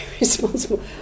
responsible